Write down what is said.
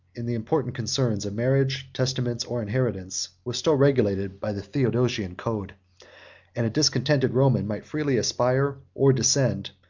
in the important concerns of marriage, testaments, or inheritance, was still regulated by the theodosian code and a discontented roman might freely aspire, or descend,